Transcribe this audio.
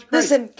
Listen